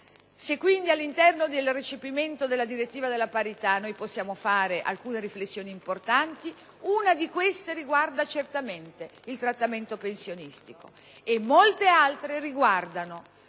Se quindi, all'interno del recepimento della direttiva sulla parità, noi possiamo fare alcune riflessioni importanti, una di queste riguarda il trattamento pensionistico e molte altre riguardano